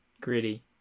gritty